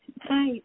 Hi